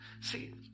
See